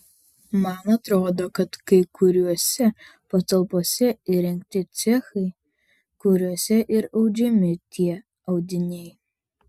man atrodo kad kai kuriose patalpose įrengti cechai kuriuose ir audžiami tie audiniai